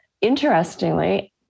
Interestingly